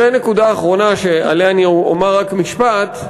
ונקודה אחרונה, שעליה אני אומר רק משפט,